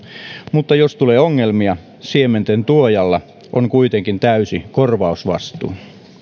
mutta jos tulee ongelmia siementen tuojalla on kuitenkin täysi korvausvastuu